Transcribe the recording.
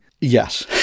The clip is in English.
Yes